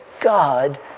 God